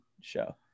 show